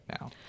now